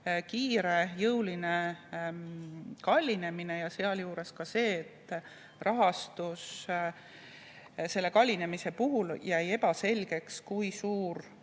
kiire jõuline kallinemine, sealjuures ka see, et selle kallinemise puhul jäi ebaselgeks, kui suur